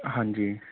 ਹਾਂਜੀ